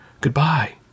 goodbye